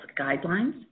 guidelines